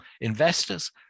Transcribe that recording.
investors